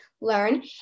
learn